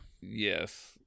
yes